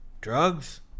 Drugs